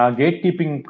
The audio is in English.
gatekeeping